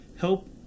help